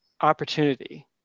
opportunity